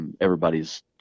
everybody's